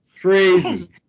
crazy